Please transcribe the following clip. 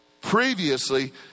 Previously